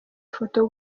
ifoto